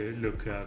look